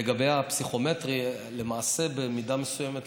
לגבי הפסיכומטרי, למעשה, במידה מסוימת